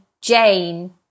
Jane